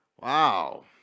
Wow